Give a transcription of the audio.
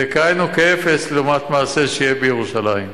זה כאין וכאפס לעומת מעשה שיהיה בירושלים,